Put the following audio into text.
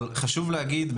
אבל חשוב להגיד,